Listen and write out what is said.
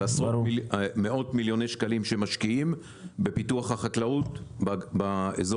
על מאות מיליוני שקלים שמשקיעים בפיתוח החקלאות באזור